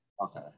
Okay